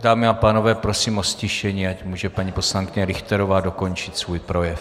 Dámy a pánové, prosím o ztišení, ať může paní poslankyně Richterová dokončit svůj projev.